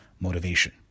motivation